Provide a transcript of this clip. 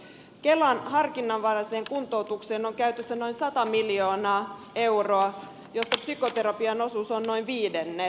kelan harkinnanvaraiseen kuntoutukseen on käytössä noin sata miljoonaa euroa josta psykoterapian osuus on noin viidennes